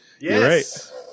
Yes